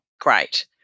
great